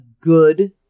good